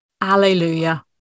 alleluia